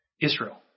israel